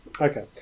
Okay